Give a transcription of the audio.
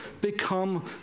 become